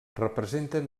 representen